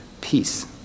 peace